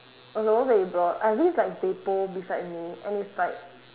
oh it's the one that you brought I have this like beside me and it's like